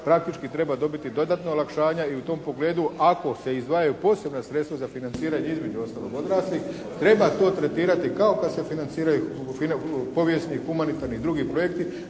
praktički treba dobiti dodatno olakšanje i u tom pogledu ako se izdvajaju posebna sredstva za financiranje između ostalog odraslih, treba to tretirati kao kad se financiraju povijesni, humanitarni i drugi projekti